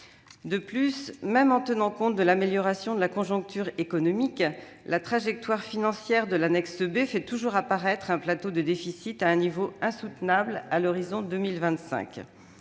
De plus, même en tenant compte de l'amélioration de la conjoncture économique, la trajectoire financière de l'annexe B fait toujours apparaître un plateau de déficit à un niveau insoutenable à l'horizon de 2025-